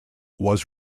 was